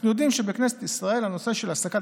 אנחנו יודעים שבכנסת ישראל הנושא של העסקת